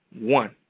one